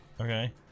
Okay